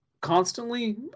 constantly